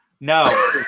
No